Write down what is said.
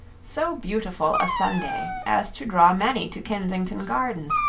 so beautiful a sunday as to draw many to kensington gardens,